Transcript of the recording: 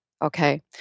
Okay